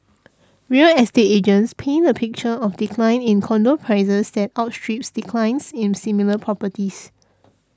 real estate agents paint a picture of a decline in condo prices that outstrips declines in similar properties